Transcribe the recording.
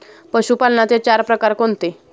पशुपालनाचे चार प्रकार कोणते?